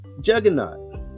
juggernaut